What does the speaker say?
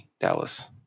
Dallas